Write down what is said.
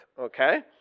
Okay